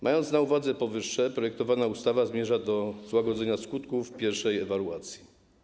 Mając na uwadze powyższe, projektowana ustawa zmierza do złagodzenia skutków pierwszej ewaluacji.